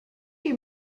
you